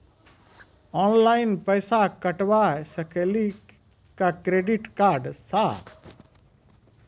Online पैसा कटवा सकेली का क्रेडिट कार्ड सा?